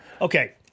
Okay